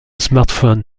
smartphone